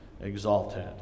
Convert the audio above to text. exalted